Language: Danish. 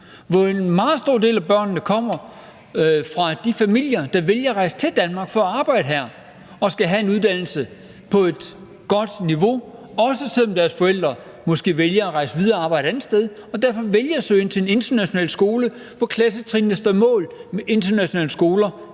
hvor en meget stor del af børnene kommer fra familier, der vælger at rejse til Danmark for at arbejde her. Forældrene ønsker, at deres børn får en uddannelse på et godt niveau, også selv om forældrene måske vælger at rejse videre og arbejde et andet sted; derfor har de valgt at søge ind på en international skole, hvor klassetrinnene står mål med internationale skoler